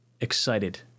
excited